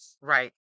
Right